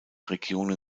regionen